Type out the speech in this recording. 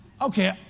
Okay